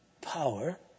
power